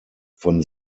von